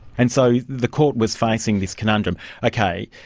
and so the court was facing this conundrum okay,